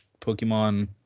Pokemon